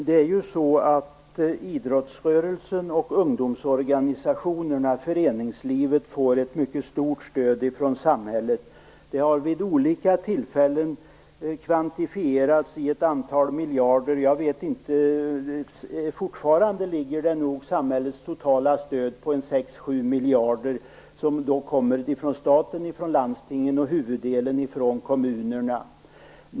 Fru talman! Idrottsrörelsen och ungdomsorganisationerna, föreningslivet, får ett mycket stort stöd från samhället. Det har vid olika tillfällen kvantifierats i ett antal miljarder. Fortfarande ligger nog samhällets totala stöd kring 6-7 miljarder. Det kommer från staten, landstingen och - huvudelen - från kommunerna.